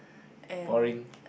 boring